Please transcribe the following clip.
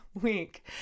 week